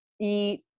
eat